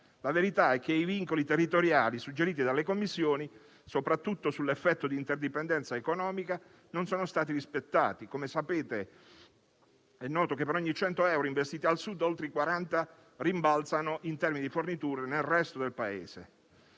La verità è che i vincoli territoriali suggeriti dalle commissioni, soprattutto sull'effetto di interdipendenza economica, non sono stati rispettati. È noto, infatti, che, per ogni 100 euro investiti al Sud, oltre 40 rimbalzano in termini di forniture nel resto del Paese: